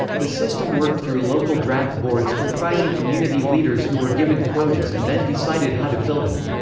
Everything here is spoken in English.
the system worked through local draft boards comprising community leaders who were given quotas and then decided how to fill them.